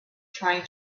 trying